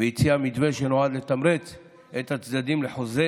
והציע מתווה שנועד לתמרץ את הצדדים לחוזה